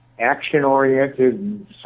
action-oriented